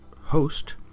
host